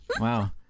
wow